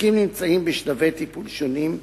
התיקים בשלבי טיפול שונים: